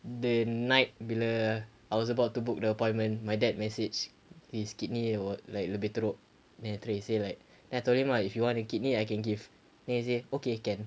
the night bila I was about to book the appointment my dad messaged his kidney were like lebih teruk then after that he said like then I told him lah if you want the kidney I can give then he said okay can